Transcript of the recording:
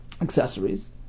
accessories